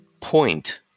point